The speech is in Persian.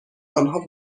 آنها